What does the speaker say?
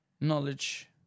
knowledge